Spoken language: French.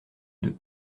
deux